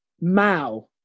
Mao